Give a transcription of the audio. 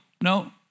no